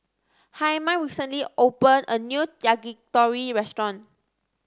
Hyman recently opened a new Yakitori restaurant